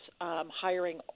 hiring